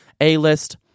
a-list